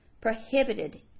prohibited